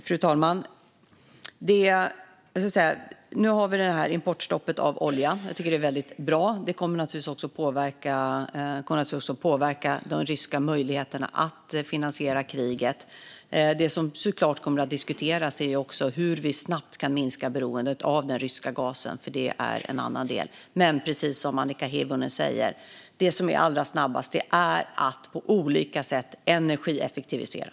Fru talman! Nu har vi importstoppet för olja, vilket är väldigt bra. Det kommer naturligtvis också att påverka de ryska möjligheterna att finansiera kriget. Det som givetvis även kommer att diskuteras är hur vi snabbt kan minska beroendet av den ryska gasen, för det är en annan del. Men precis som Annika Hirvonen säger är det allra snabbaste att på olika sätt energieffektivisera.